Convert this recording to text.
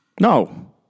No